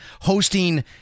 hosting